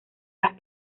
las